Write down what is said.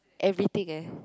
everything eh